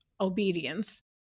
obedience